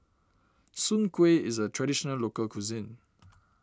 Soon Kueh is a Traditional Local Cuisine